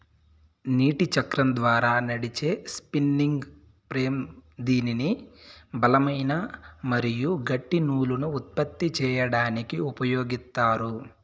నీటి చక్రం ద్వారా నడిచే స్పిన్నింగ్ ఫ్రేమ్ దీనిని బలమైన మరియు గట్టి నూలును ఉత్పత్తి చేయడానికి ఉపయోగిత్తారు